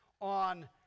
on